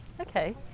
okay